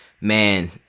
Man